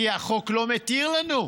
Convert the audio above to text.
כי החוק לא מתיר לנו.